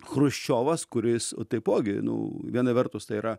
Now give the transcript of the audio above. chruščiovas kuris taipogi nu viena vertus tai yra